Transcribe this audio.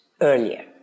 earlier